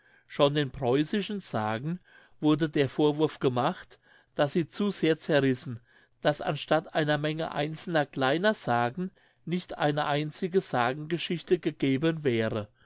schon den preußischen sagen wurde der vorwurf gemacht daß sie zu sehr zerrissen daß anstatt einer menge einzelner kleiner sagen nicht eine einzige sagengeschichte gegeben wäre